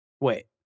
Wait